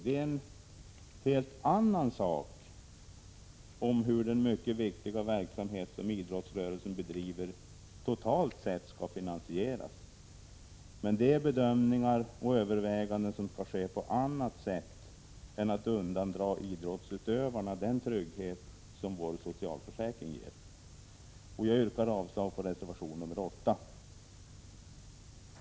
En helt annan sak är hur den mycket viktiga verksamhet som idrottsrörelsen bedriver totalt sett skall finansieras. Det är bedömningar och överväganden som skall ske på annat sätt än genom att undandra idrottsutövarna den trygghet som vår socialförsäkring ger. Jag yrkar avslag på reservation 8.